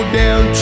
down